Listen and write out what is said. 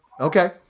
Okay